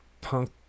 punk